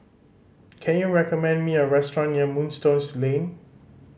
can you recommend me a restaurant near Moonstone Lane